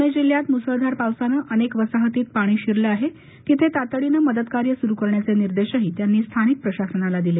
पूणे जिल्ह्यात मुसळधार पावसाने अनेक वसाहतीत पाणी शिरलं आहे तिथे तातडीने मदतकार्य सुरू करण्याचे निर्देश त्यांनी स्थानिक प्रशासनाला दिले